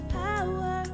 power